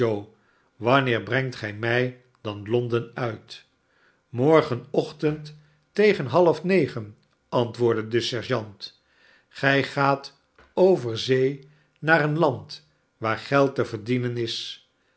swanneer brengtgij mij dan londen uit morgenochtehd ten half negen antwoordde de sergeant gij gaat over zee naar een land waar geld te verdienen is